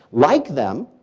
like them,